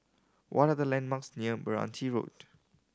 what are the landmarks near Meranti Road